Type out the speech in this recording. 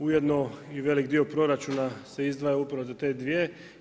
Ujedno i veliki dio proračuna se izdvaja upravo za te dvije.